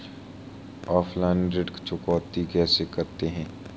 Offline ऋण चुकौती कैसे करते हैं?